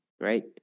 right